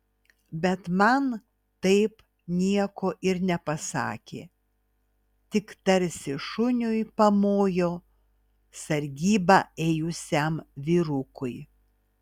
bet man taip nieko ir nepasakė tik tarsi šuniui pamojo sargybą ėjusiam vyrukui